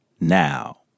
now